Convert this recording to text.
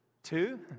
Two